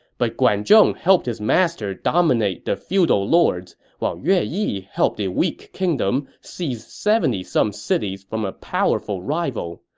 but guan zhong helped his master dominate the feudal lords, while yue yi helped a weak kingdom seize seventy some cities from a powerful rival.